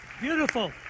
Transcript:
Beautiful